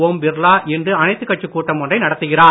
ஓம் பிர்லா இன்று அனைத்து கட்சி கூட்டம் ஒன்றை நடத்துகிறார்